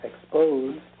exposed